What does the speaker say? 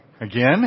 Again